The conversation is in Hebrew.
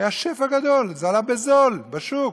היה שפע גדול, זה היה בזול בשוק.